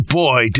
boy